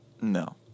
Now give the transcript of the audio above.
No